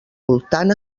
voltant